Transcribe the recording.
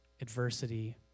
adversity